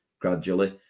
gradually